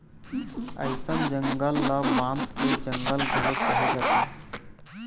अइसन जंगल ल बांस के जंगल घलोक कहे जाथे